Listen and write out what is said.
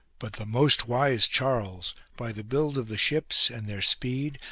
but the most wise charles, by the build of the ships and their speed,